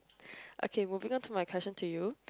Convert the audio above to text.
okay moving on to my question to you